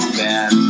bad